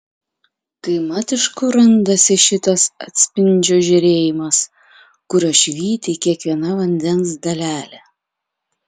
tai mat iš kur randasi šitas atspindžio žėrėjimas kuriuo švyti kiekviena vandens dalelė